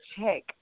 check